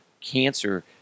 cancer